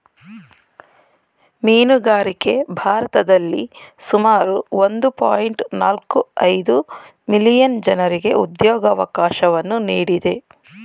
ಮೀನುಗಾರಿಕೆ ಭಾರತದಲ್ಲಿ ಸುಮಾರು ಒಂದು ಪಾಯಿಂಟ್ ನಾಲ್ಕು ಐದು ಮಿಲಿಯನ್ ಜನರಿಗೆ ಉದ್ಯೋಗವಕಾಶವನ್ನು ನೀಡಿದೆ